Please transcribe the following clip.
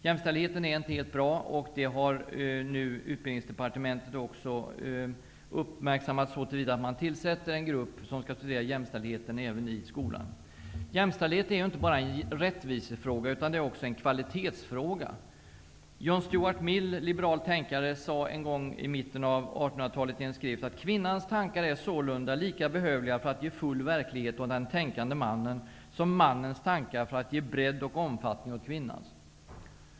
Jämställdheten är inte helt bra, vilket Utbildningsdepartementet nu har uppmärksammat så till vida att man har tillsatt en grupp som skall studera jämställdheten i skolan. Jämställdhet är inte bara en rättvisefråga utan även en kvalitetsfråga. John Stuart Mill, liberal tänkare, sade en gång i mitten av 1800-talet i en skrift att kvinnans tankar är sålunda lika behövliga för att ge full verklighet åt den tänkande mannen som mannens tankar för att ge bredd och omfattning åt kvinnans.